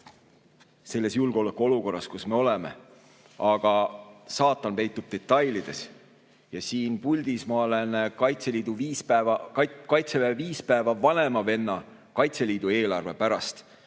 selles julgeolekuolukorras, kus me oleme. Aga saatan peitub detailides. Siin puldis olen ma Kaitseväest viis päeva vanema venna Kaitseliidu eelarve pärast. Palun